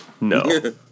No